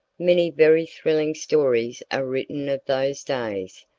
many very thrilling stories are written of those days,